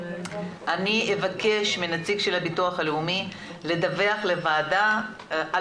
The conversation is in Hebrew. אבקש מנציג הביטוח הלאומי לדווח לוועדה על